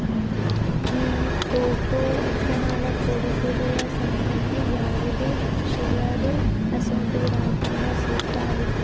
గీ cocoa ఇత్తనాల పొడి హృదయ సంబంధి వ్యాధులు, షుగర్ అసోంటిది రాకుండా సుత్తాది